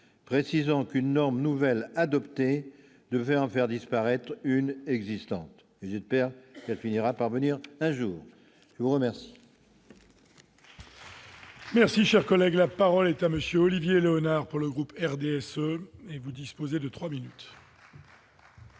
précisant qu'une norme nouvelle adoptée devait en faire disparaître une existante, il perd, elle finira par venir un jour, je vous remercie. Merci, cher collègue, la parole est à monsieur Olivier Léonard pour le groupe RDSE et vous disposez de 3 minutes.